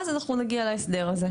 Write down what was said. אז אנחנו נגיע להסדר הזה.